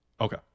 Okay